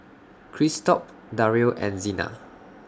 Christop Dario and Xena